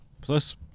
Plus